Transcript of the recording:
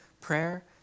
Prayer